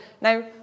Now